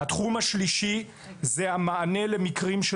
התחום השלישי הוא המענה למקרים של